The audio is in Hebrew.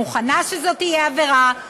מוכנה שזאת תהיה עבירה,